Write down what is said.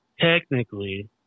technically